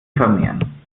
vermehren